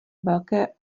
velké